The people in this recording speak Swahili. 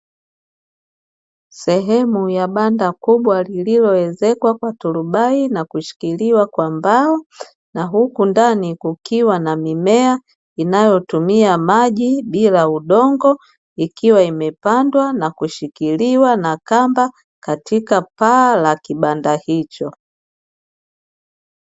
Sehemu ya banda kubwa lililoezekwa kwa turubai na kushikiliwa kwa mbao, na huku ndani kukiwa na mimea inayotumia maji bila udongo, ikiwa imepandwa na kushikiliwa na kamba katika paa la kibanda hicho.